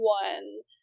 ones